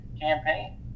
campaign